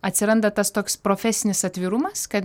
atsiranda tas toks profesinis atvirumas kad